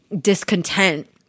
discontent